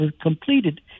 completed